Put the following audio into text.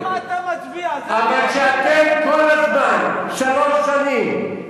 אתם, שכל הזמן, שלוש שנים,